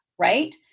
right